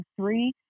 three